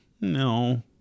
no